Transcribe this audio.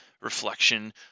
reflection